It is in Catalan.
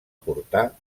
portar